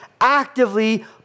actively